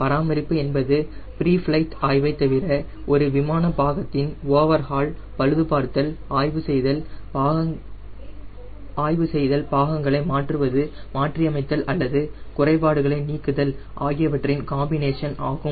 பராமரிப்பு என்பது preflight ஆய்வை தவிர ஒரு பாகத்தின் ஓவர்ஹால் பழுதுபார்த்தல் ஆய்வு செய்தல் பாகங்களை மாற்றுவது மாற்றி அமைத்தல் அல்லது குறைபாடுகளை நீக்குதல் ஆகியவற்றின் காம்பினேசன் ஆகும்